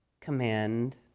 command